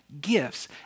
gifts